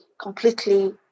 completely